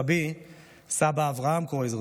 סבי סבא אברהם קרויזר,